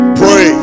pray